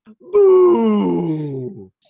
Boo